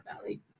Valley